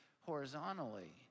horizontally